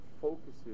focuses